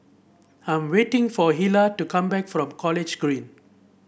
I'm waiting for Hilah to come back from College Green